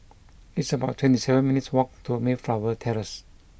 it's about twenty seven minutes' walk to Mayflower Terrace